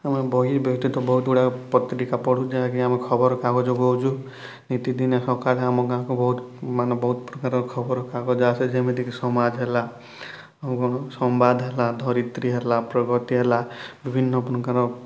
ଆମର୍ ବହି ବ୍ୟତୀତ ବହୁତ ଗୁଡ଼ାକ ପତ୍ରିକା ପଢ଼ୁଛେଁ ଆଜ୍ଞା ଆମେ ଖବରକାଗଜ କହୁଛୁଁ ନିତିଦିନେ ସକାଳେ ଆମ ଗାଁକୁ ବହୁତ ମାନେ ବହୁତ ପ୍ରକାର ଖବର କାଗଜ ଆସେ ଯେମିତିକି ସମାଜ ହେଲା ଆଉ କ'ଣ ସମ୍ବାଦ ହେଲା ଧରିତ୍ରୀ ହେଲା ପ୍ରଗତି ହେଲା ବିଭିନ୍ନ ପ୍ରକାର